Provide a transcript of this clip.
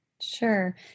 Sure